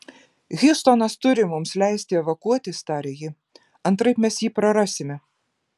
hjustonas turi mums leisti evakuotis tarė ji antraip mes jį prarasime